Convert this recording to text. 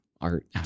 art